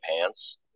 pants